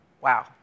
Wow